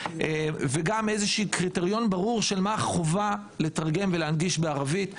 וגם איזשהו קריטריון ברור לגבי מהי החובה לתרגם ולהנגיש בערבית,